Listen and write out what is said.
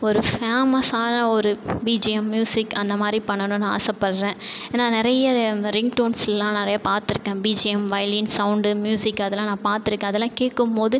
ஒரு ஃபேமஸான ஒரு பிஜிஎம் மியூசிக் அந்த மாதிரி பண்ணணும்னு ஆசைப் படுறேன் ஏன்னால் நிறைய ரெ ரிங்டோன்ஸ்லலாம் நிறைய பார்த்துருக்கேன் பிஜிஎம் வயலின் சௌண்டு மியூசிக் அதெலாம் நான் பார்த்துருக்கேன் அதெலாம் கேட்கும் போது